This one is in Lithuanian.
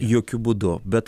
jokiu būdu bet